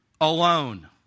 alone